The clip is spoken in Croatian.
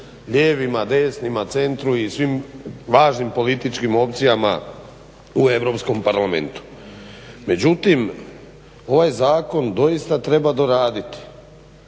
lijevima, desnima, centru i svim važnim političkim opcijama u Europskom parlamentu. Međutim, ovaj zakon doista treba doraditi